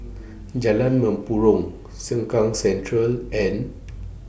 Jalan Mempurong Sengkang Central and